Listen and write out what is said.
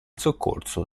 soccorso